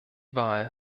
wahl